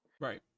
Right